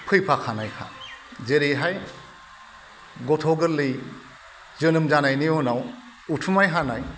फैफाखानाय जेरैहाय गथ' गोरलै जोनोम जानायनि उनाव उथुमाय हानाय